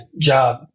job